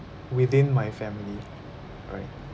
within my family alright